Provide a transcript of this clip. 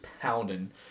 pounding